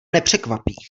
nepřekvapí